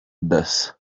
dasso